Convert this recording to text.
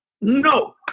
No